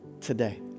today